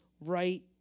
right